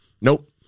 Nope